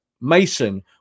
Mason